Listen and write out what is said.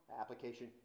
application